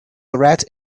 write